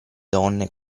donne